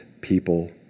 people